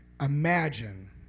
Imagine